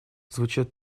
звучат